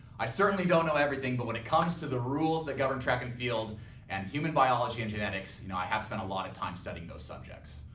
i certainly don't know everything, but when it comes to the rules that govern track and field and human biology and genetics, you know i have spent a lot of time studying those subjects.